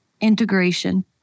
integration